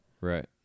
right